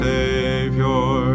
Savior